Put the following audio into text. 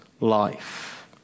life